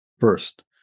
first